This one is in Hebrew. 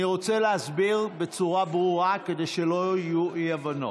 אני רוצה להסביר בצורה ברורה כדי שלא יהיו אי-הבנות.